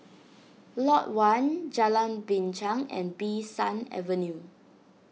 Lot one Jalan Binchang and Bee San Avenue